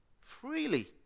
freely